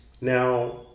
now